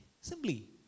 Simply